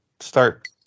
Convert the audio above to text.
start